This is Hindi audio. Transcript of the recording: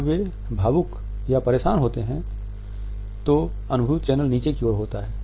जब वे भावुक या परेशान हो रहे होते हैं तो अनुभूति चैनल नीचे की ओर होता है